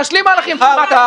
נשלים מהלכים ----- איחרת.